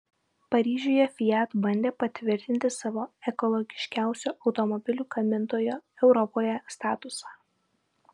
paryžiuje fiat bandė patvirtinti savo ekologiškiausio automobilių gamintojo europoje statusą